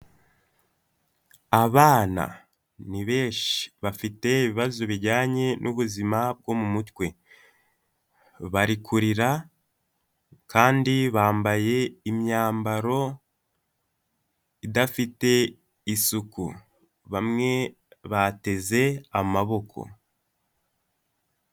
Abana ni benshi bafite ibibazo bijyanye n'ubuzima bwo mu mutwe, bari kurira kandi bambaye imyambaro idafite isuku, bamwe bateze amaboko.